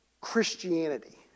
Christianity